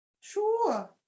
sure